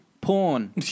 Porn